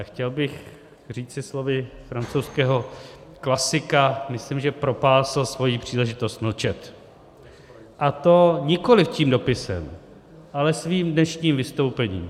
Chtěl bych říci slovy francouzského klasika, myslím, že propásl svoji příležitost mlčet, a to nikoliv tím dopisem, ale svým dnešním vystoupením.